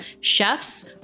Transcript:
chefs